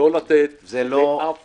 לא לתת מקום לאף